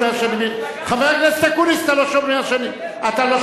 חבר הכנסת אקוניס, אתה לא שומע שאני קורא